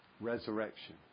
Resurrection